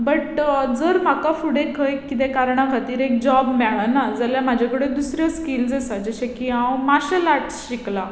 but जर म्हाका फुडें कितेंय कारणा खातीर एक जॉब मेळना जाल्यार म्हजे कडेन दुसऱ्यो स्किल्स आसा जशें की हांव माशल आर्टस शिकलां